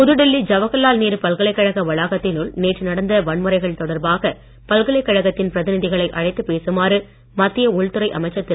புதுடெல்லி ஜவஹர்லால் நேரு பல்கலைக்கழக வளாகத்தினுள் நேற்று நடந்த வன்முறைகள் தொடர்பாக பல்கலைக்கழகத்தின் பிரதிநிதிகளை அழைத்து பேசுமாறு மத்திய உள்துறை அமைச்சர் திரு